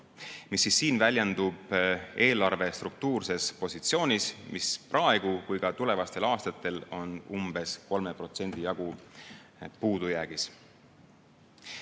mis väljendub eelarve struktuurses positsioonis. See on nii praegu kui ka tulevastel aastatel umbes 3% jagu puudujäägis.